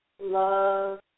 love